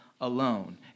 alone